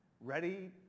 ready